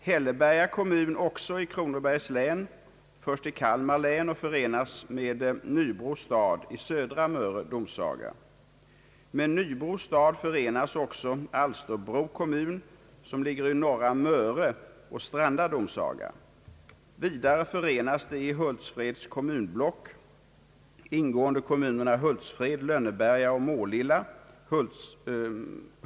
Hälleberga kommun, också i Kronobergs län, förs till Kalmar län och förenas med Nybro stad i Södra Möre domsaga. Med Nybro stad förenas också Alsterbro kommun, som ligger i Norra Möre och Stranda domsaga. Vidare förenas de i Hultsfreds kommunblock ingående kommunerna Hultsfred, Lönneberga och Målilla.